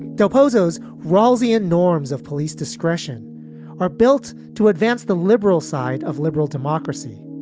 dale bozo's roseate norms of police discretion are built to advance the liberal side of liberal democracy.